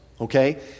Okay